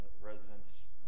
residents